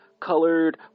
colored